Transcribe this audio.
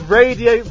radio